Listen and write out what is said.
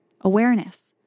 awareness